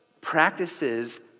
practices